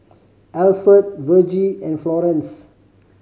Alford Vergie and Florence